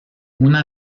una